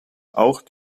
auch